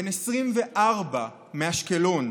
בן 24 מאשקלון.